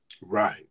Right